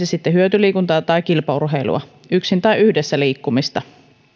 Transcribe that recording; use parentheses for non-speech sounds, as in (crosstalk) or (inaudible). (unintelligible) sitten hyötyliikuntaa tai kilpaurheilua yksin tai yhdessä liikkumista